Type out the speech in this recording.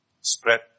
Spread